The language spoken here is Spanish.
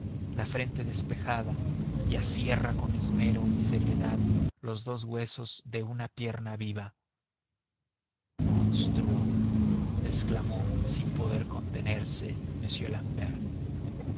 la frente despejada y asierra con esmero y seriedad los dos huesos de una pierna viva monstruo exclamó sin poder contenerse